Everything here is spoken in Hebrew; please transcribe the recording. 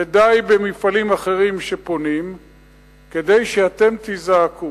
ודי במפעלים אחרים שפונים כדי שאתם תיזעקו.